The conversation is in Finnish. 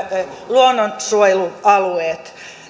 luonnonsuojelualueet